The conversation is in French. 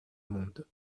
monde